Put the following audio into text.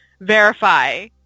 verify